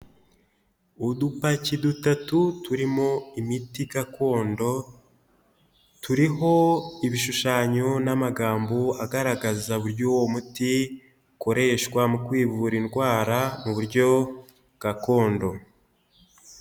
Udupaki dutatu turimo imiti gakondo turiho ibishushanyo n'amagambo agaragaza uburyo uwo muti ukoreshwa mu kwivura indwara mu buryo gakondo.